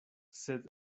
sed